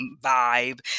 vibe